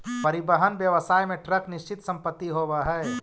परिवहन व्यवसाय में ट्रक निश्चित संपत्ति होवऽ हई